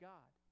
God